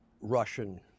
Russian